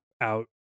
out